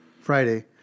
Friday